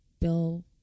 Bill